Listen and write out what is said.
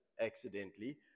accidentally